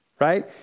Right